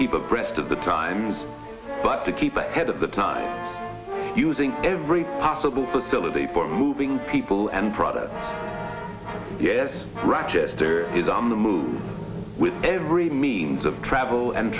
keep abreast of the times but to keep ahead of the time using every possible facility for moving people and products yes rochester is on the move with every means of travel and